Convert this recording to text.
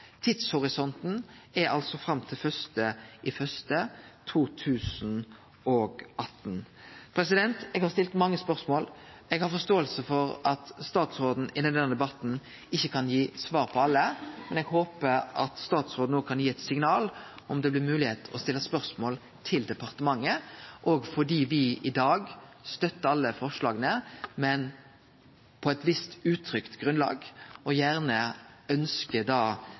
Tidshorisonten er fram til 1. januar 2018. Eg har stilt mange spørsmål. Eg forstår at statsråden i denne debatten ikkje kan gi svar på alle, men eg håpar at statsråden kan gi eit signal på om det blir mogleg å stille spørsmål til departementet, fordi me i dag støttar alle forslaga, men på eit visst utrygt grunnlag, og gjerne